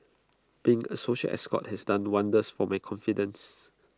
being A social escort has done wonders for my confidence